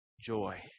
joy